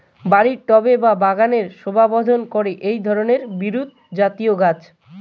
বাড়ির টবে বা বাগানের শোভাবর্ধন করে এই ধরণের বিরুৎজাতীয় গাছ